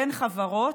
בין החברות.